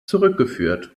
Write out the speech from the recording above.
zurückgeführt